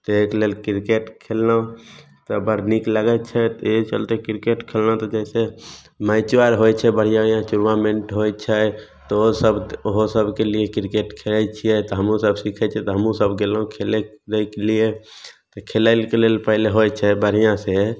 खेलयके लेल क्रिकेट खेललहुॅं तऽ बड़ नीक लगै छै तऽ इएहे चलते क्रिकेट खेललहुॅं तऽ जाहिसऽ मैचो आर होइ छै बढ़िऑं बढ़िऑं टुर्मामेन्ट होइ छै तऽ ओहो सब ओहो सबके लिए क्रिकेट खेलै छियै तऽ हमहुँ सब सीखै छियै तऽ हमहुँ सब गेलहुॅं खेलय केलिए तऽ खेलैक लेल पहिले होइ छै बढ़िऑं से